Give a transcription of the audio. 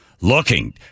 looking